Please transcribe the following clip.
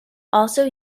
also